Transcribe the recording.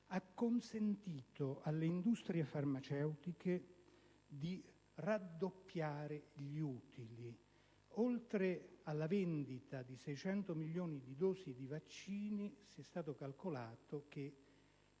ha consentito alle industrie farmaceutiche di raddoppiare gli utili. Oltre alla vendita di 600 milioni di dosi di vaccino, è stato calcolato che